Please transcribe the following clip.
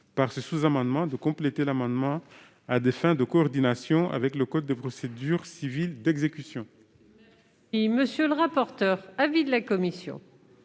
par ce sous-amendement de compléter l'amendement à des fins de coordination avec le code des procédures civiles d'exécution.